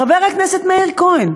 חבר הכנסת מאיר כהן,